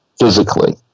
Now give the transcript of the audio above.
physically